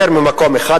היא יותר ממקום אחד,